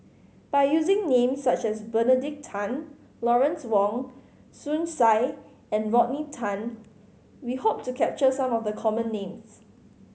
by using names such as Benedict Tan Lawrence Wong Shyun Tsai and Rodney Tan we hope to capture some of the common names